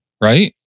right